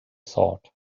thought